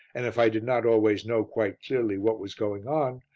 and if i did not always know quite clearly what was going on,